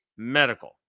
Medical